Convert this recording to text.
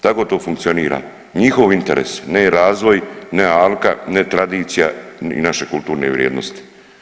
Tako to funkcionira, njihov interes, ne razvoj, ne alka, ne tradicija i naše kulturne vrijednosti.